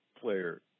player